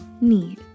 need